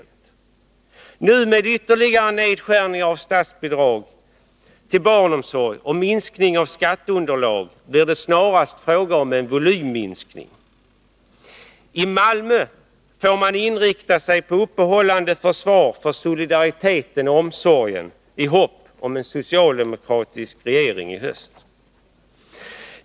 Nu, med ytterligare nedskärningar av statsbidrag till barnomsorg och minskning av skatteunderlaget, blir det snarast fråga om en volymminskning. I Malmö får man inrikta sig på uppehållande försvar för solidariteten och omsorgen i hopp om en socialdemokratisk regering i höst.